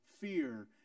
Fear